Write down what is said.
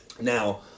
Now